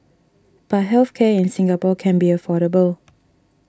but health care in Singapore can be affordable